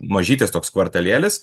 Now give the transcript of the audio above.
mažytis toks kvartalėlis